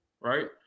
right